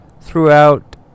throughout